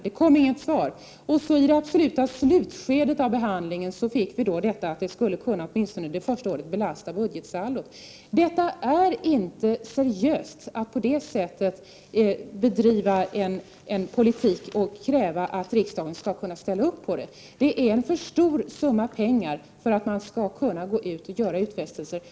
Vi fick inget svar förrän i det absoluta slutskedet, att det åtminstone det första året skulle kunna belasta budgetsaldot. Det är inte seriöst att på detta sätt bedriva en politik och kräva att riksdagen skall kunna ställa upp på den. Det är fråga om en för stor summa pengar för att man skall kunna gå ut och göra utfästelser.